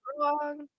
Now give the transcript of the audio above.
wrong